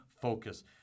focus